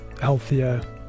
healthier